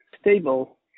stable